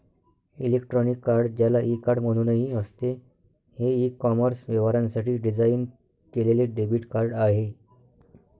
electronic card, ज्याला e card म्हणूनही असते, हे ई कॉमर्स व्यवहारांसाठी डिझाइन केलेले डेबिट कार्ड आहे